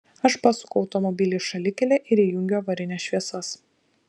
aš pasuku automobilį į šalikelę ir įjungiu avarines šviesas